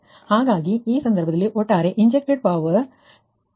ಹಾಗಾಗಿ ಈ ಸಂದರ್ಭದಲ್ಲಿ ಒಟ್ಟಾರೆ ಇಂಜೆಕ್ಟ್ ಡ ಪವರ್ ಅಲ್ಲವೇ